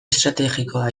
estrategikoa